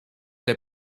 der